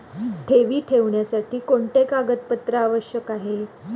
ठेवी ठेवण्यासाठी कोणते कागदपत्रे आवश्यक आहे?